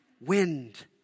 wind